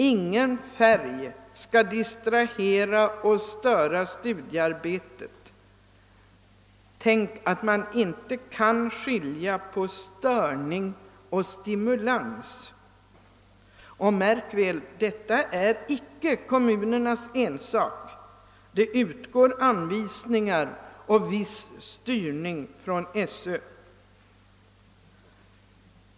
Ingen färg skall distrahera och störa studiearbetet! Tänk att man inte kan skilja på störning och stimulans! Och märk väl: detta är icke kommunernas ensak — det utgår anvisningar och viss styrning från Sö.